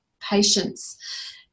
Patients